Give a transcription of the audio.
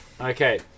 okay